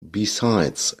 besides